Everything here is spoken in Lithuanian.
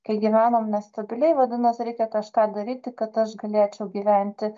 kai gyvenam nestabiliai vadinas reikia kažką daryti kad aš galėčiau gyventi